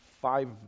five